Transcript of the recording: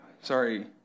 sorry